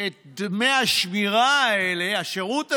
את דמי השמירה האלה, השירות הזה,